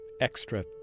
extra